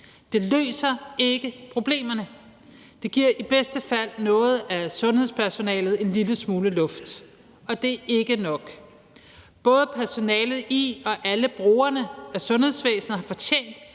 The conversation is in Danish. det løser ikkeproblemerne. Det giver i bedste fald noget af sundhedspersonalet en lille smule luft, og det er ikke nok. Både personalet i og alle brugerne af sundhedsvæsenet har fortjent,